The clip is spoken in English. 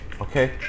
okay